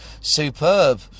superb